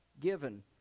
given